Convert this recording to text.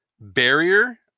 barrier